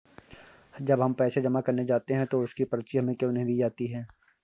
जब हम पैसे जमा करने जाते हैं तो उसकी पर्ची हमें क्यो नहीं दी जाती है?